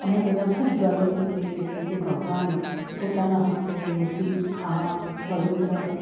અમે બધાં ખૂબ ગર્વથી કહી શકીએ કે ભગવાને પોતાના હસ્તે મૂર્તિ આવાં પવિત્ર